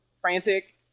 frantic